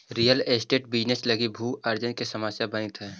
real estate business लगी भू अर्जन के समस्या बनित हई